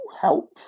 help